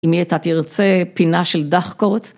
אם היא הייתה תרצה פינה של דאחקורט.